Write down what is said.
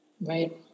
Right